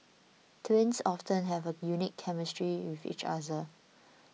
twins often have a unique chemistry with each other